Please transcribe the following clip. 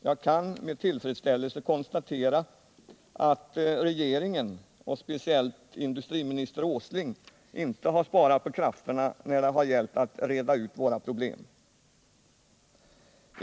Jag kan med tillfredsställelse konstatera att regeringen, och speciellt industriminister Åsling, inte har sparat på krafterna när det har gällt att reda ut våra problem.